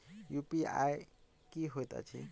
UPI की होइत अछि